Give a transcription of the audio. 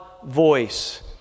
voice